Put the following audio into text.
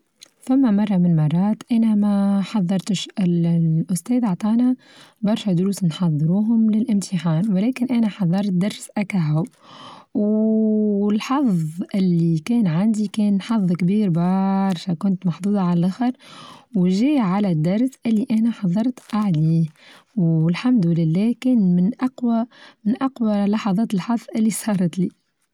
ثم مرة من المرات أينما حظرتش الأستاذ عطانا برشا دروس نحظروهم للأمتحان ولكن انا حظرت درس أكاعو والحظ اللي كان عندي كان حظك كبير بااارشا كنت محظوظة عاللخر وجاي على الدرس اللي أنا حظرت عليه، والحمد لله كان من أقوى من أقوى لحظات الحظ الي صارت لي.